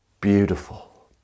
beautiful